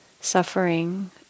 suffering